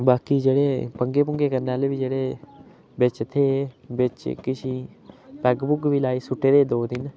बाकी जेह्ड़े पंगे पुंगे करने आह्लें बी जेह्ड़े बिच्च थे बिच्च किश पैग पुग बी लाई सुट्टे दे दो तिन्न